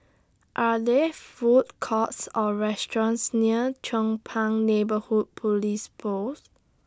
Are There Food Courts Or restaurants near Chong Pang Neighbourhood Police Post